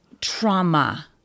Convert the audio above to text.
trauma